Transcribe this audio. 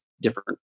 different